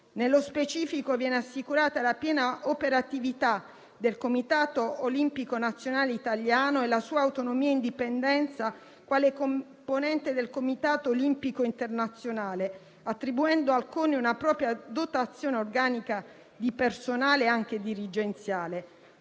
Nello specifico vengono assicurate la piena operatività del Comitato olimpico nazionale italiano e la sua autonomia e indipendenza quale componente del Comitato olimpico internazionale, attribuendo al CONI una propria dotazione organica di personale, anche dirigenziale.